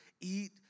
eat